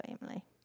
family